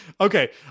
okay